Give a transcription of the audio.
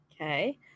okay